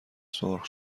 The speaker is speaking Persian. سرخ